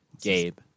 Gabe